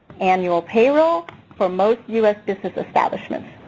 annual payroll for most us business establishments.